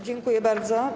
Dziękuję bardzo.